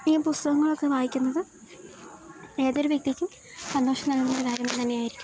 ഈ പുസ്തകങ്ങളൊക്കെ വായിക്കുന്നത് ഏതൊരു വ്യക്തിക്കും സന്തോഷം നൽകുന്നൊരു കാര്യംതന്നെയായിരിക്കും